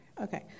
Okay